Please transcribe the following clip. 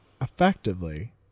effectively